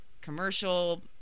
commercial